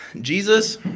Jesus